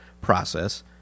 process